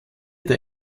der